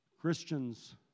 Christians